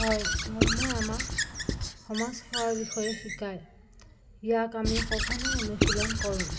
হয় ধৰ্মই আমাক সমাজ সেৱাৰ বিষয়ে শিকায় ইয়াক আমি সঘনাই অনুশীলন কৰোঁ